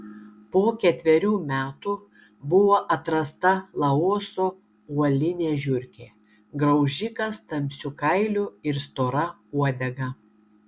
po ketverių metų buvo atrasta laoso uolinė žiurkė graužikas tamsiu kailiu ir stora uodega